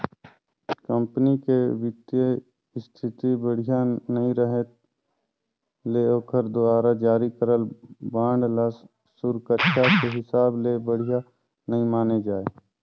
company के बित्तीय इस्थिति बड़िहा नइ रहें ले ओखर दुवारा जारी करल बांड ल सुरक्छा के हिसाब ले बढ़िया नइ माने जाए